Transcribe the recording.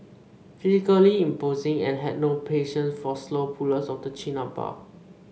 physically imposing and had no patience for slow pullers of the chin up bar